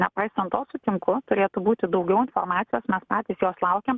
nepaisant to sutinku turėtų būti daugiau informacijos mes patys jos laukiam